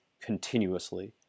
continuously